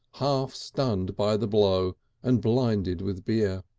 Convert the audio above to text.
half-stunned by the blow and blinded with beer.